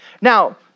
Now